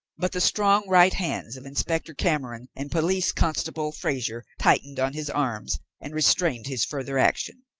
but the strong right hands of inspector cameron and police constable fraser tightened on his arms and restrained his further action.